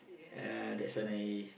uh that's when I